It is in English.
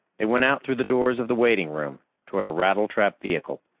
they went out through the doors of the waiting room toward a rattletrap vehicle.